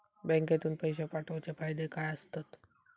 बँकेतून पैशे पाठवूचे फायदे काय असतत?